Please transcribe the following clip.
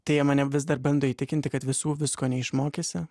tai jie mane vis dar bando įtikinti kad visų visko neišmokysi